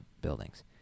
buildings